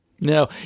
No